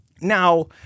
Now